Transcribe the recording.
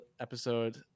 episode